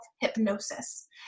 hypnosis